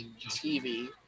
TV